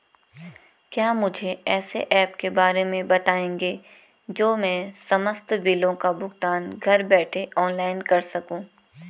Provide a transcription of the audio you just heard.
क्या मुझे ऐसे ऐप के बारे में बताएँगे जो मैं समस्त बिलों का भुगतान घर बैठे ऑनलाइन कर सकूँ?